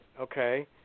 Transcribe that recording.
Okay